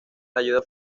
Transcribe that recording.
ayuda